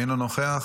אינו נוכח,